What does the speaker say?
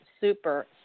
super